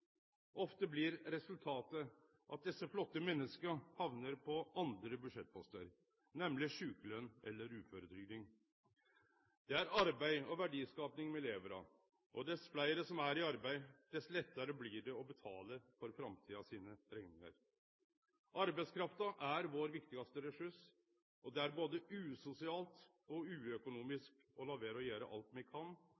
Ofte blir resultatet at desse flotte menneska hamnar på andre budsjettpostar: sjukeløn eller uføretrygd. Det er arbeid og verdiskaping me lever av, og dess fleire som er i arbeid, dess lettare blir det å betale framtida sine rekningar. Arbeidskrafta er vår viktigaste ressurs. Det er både usosialt og